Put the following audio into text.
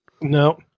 No